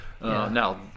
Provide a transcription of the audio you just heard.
now